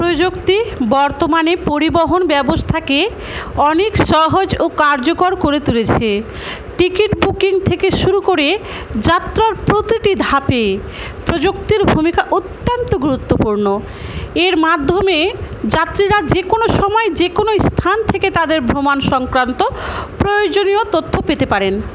প্রযুক্তি বর্তমানে পরিবহন ব্যবস্থাকে অনেক সহজ ও কার্যকর করে তুলেছে টিকিট বুকিং থেকে শুরু করে যাত্রার প্রতিটি ধাপে প্রযুক্তির ভূমিকা অত্যন্ত গুরুত্বপূর্ণ এর মাধ্যমে যাত্রীরা যে কোনো সময় যে কোনো স্থান থেকে তাদের ভ্রমণ সংক্রান্ত প্রয়োজনীয় তথ্য পেতে পারেন